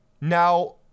now